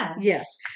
Yes